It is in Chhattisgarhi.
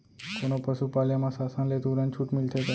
कोनो पसु पाले म शासन ले तुरंत छूट मिलथे का?